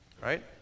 Right